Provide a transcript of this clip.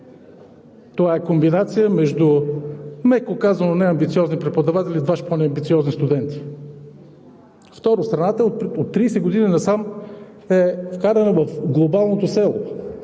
Това е комбинация между, меко казано, неамбициозни преподаватели и дваж по-неамбициозни студенти. Второ, страната от 30 години насам е вкарана в глобалното село.